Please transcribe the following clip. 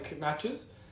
matches